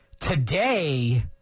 Today